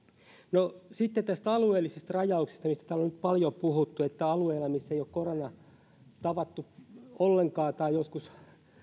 no sitten tästä alueellisesta rajauksesta mistä täällä on nyt paljon puhuttu niin alueilla missä ei ole koronaa tavattu ollenkaan tai joskus